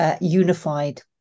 unified